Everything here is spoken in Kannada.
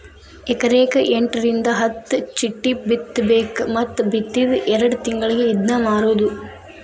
ಎಕರೆಕ ಎಂಟರಿಂದ ಹತ್ತ ಚಿಟ್ಟಿ ಬಿತ್ತಬೇಕ ಮತ್ತ ಬಿತ್ತಿದ ಎರ್ಡ್ ತಿಂಗಳಿಗೆ ಇದ್ನಾ ಮಾರುದು